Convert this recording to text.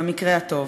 במקרה הטוב.